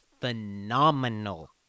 phenomenal